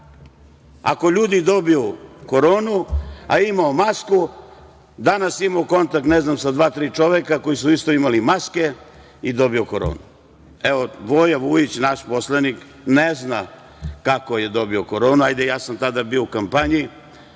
Ako ljudi dobiju koronu, a imao je masku, danas je imao kontakt, ne znam, sa dva-tri čoveka koji su isto imali maske i dobio koronu. Evo, Voja Vujić, naš poslanik ne zna kako je dobio koronu. Hajde, ja sam tada bio u kampanji,